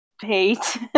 hate